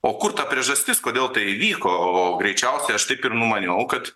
o kur ta priežastis kodėl tai įvyko o greičiausiai aš taip ir numaniau kad